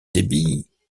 débit